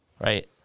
right